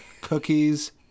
cookies